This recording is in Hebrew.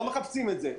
אנחנו לא מחפשים את זה.